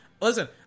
listen